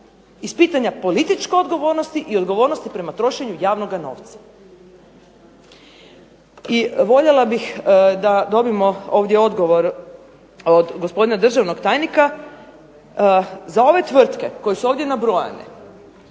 pitanja političke odgovornosti i odgovornosti prema trošenju javnog novca. I voljela bih da dobijemo ovdje odgovor od gospodina državnog tajnika za ove tvrtke koje su ovdje nabrojane